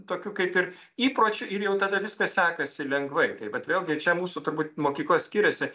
tokiu kaip ir įpročiu ir jau tada viskas sekasi lengvai taip vat vėlgi čia mūsų turbūt mokykla skiriasi